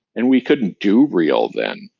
and we couldn't do real then.